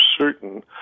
certain